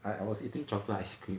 I I was eating chocolate ice cream